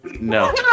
No